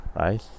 right